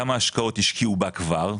כמה השקעות השקיעו בה כבר,